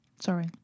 sorry